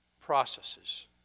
processes